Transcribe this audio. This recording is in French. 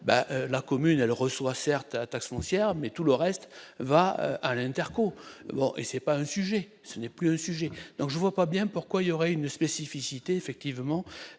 la commune, elle reçoit certains la taxe foncière, mais tout le reste va à l'interco et c'est pas un sujet, ce n'est plus le sujet donc je vois pas bien pourquoi il y aurait une spécificité effectivement